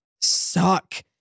suck